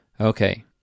Okay